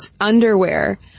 underwear